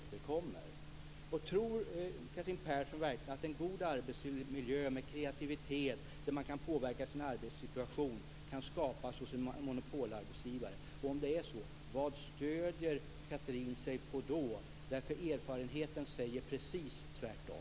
Tror Catherine Persson verkligen att en god arbetsmiljö med kreativitet där man kan påverka sin arbetssituation kan skapas hos en monopolarbetsgivare? Om det är så, vad stöder Catherine Persson sig då på? Erfarenheten säger ju precis tvärtom.